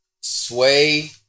sway